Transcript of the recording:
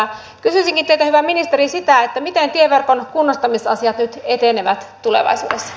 kysyisinkin teiltä hyvä ministeri sitä miten tieverkon kunnostamisasiat nyt etenevät tulevaisuudessa